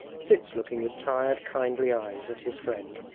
sits looking with tired kindly eyes at his friend,